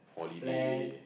plan